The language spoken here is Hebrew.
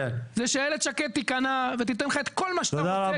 זה שאיילת שקד תיכנע ותיתן לך את כל מה שאתה רוצה ולכן אתה תמשיך.